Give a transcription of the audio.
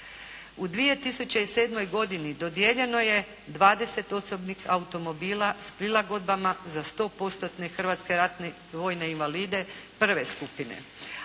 U 2007. godini dodijeljeno je 20 osobnih automobila s prilagodbama za 100%-tne hrvatske ratne vojne invalide prve skupine.